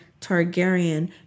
Targaryen